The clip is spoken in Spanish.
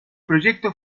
proyecto